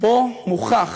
שבו מוכח